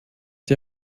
die